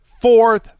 fourth